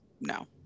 no